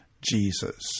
Jesus